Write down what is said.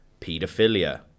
Pedophilia